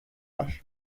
var